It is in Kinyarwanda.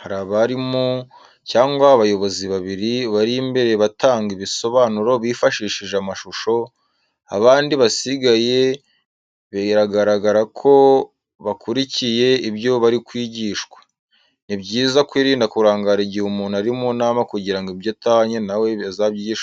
Hari abarimu cyangwa abayobozi babiri bari imbere batanga ibisobanuro bifashishije amashusho, abandi basigaye biragaragara ko bakurikiye ibyo bari kwigishwa. Ni byiza kwirinda kurangara igihe umuntu ari mu nama kugira ngo ibyo atahanye na we azabyigishe abandi.